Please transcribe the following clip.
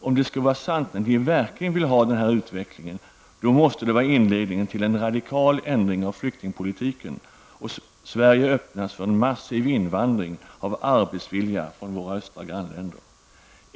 Om det skulle vara sant att ni verkligen vill ha denna utveckling, måste det vara inledningen till en radikal ändring av flyktingpolitiken och till att Sverige öppnas för en massiv invandring av arbetsvilliga från våra östra grannländer.